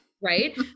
Right